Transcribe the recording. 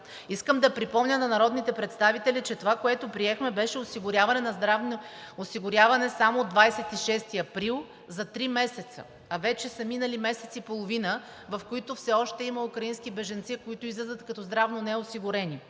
Искам да припомня на народните представители, че това, което приехме, беше осигуряване само от 26 април за 3 месеца, а вече са минали месец и половина, в които все още има украински бежанци, които излизат като здравно неосигурени.